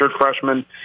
freshman